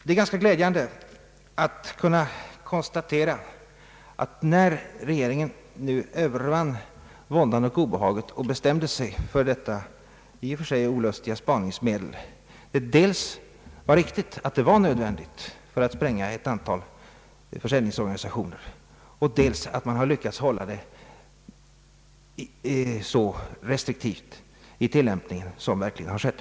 Det är glädjande att kunna konstatera att, när regeringen nu övervann våndan och obehaget och bestämde sig för detta i och för sig olustiga spaningsmedel, det dels var riktigt att det var en nödvändig åtgärd för att spränga ett antal försäljningsorganisationer, dels att man lyckats hålla tillämpningen så restriktiv som har skett.